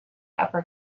upper